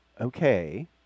okay